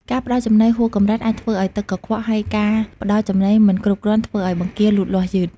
ការផ្តល់ចំណីហួសកម្រិតអាចធ្វើឲ្យទឹកកខ្វក់ ហើយការផ្តល់ចំណីមិនគ្រប់គ្រាន់ធ្វើឲ្យបង្គាលូតលាស់យឺត។